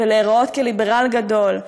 ולהיראות כליברל גדול,